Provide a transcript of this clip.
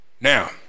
Now